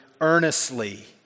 earnestly